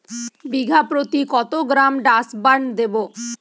বিঘাপ্রতি কত gram Dursban দেবো?